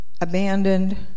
abandoned